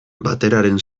bateraren